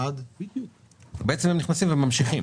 עד --- בעצם נכנסים וממשיכים